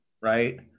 right